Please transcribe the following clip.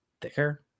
thicker